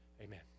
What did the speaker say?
amen